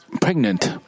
pregnant